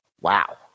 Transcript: Wow